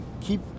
keep